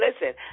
Listen